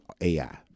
AI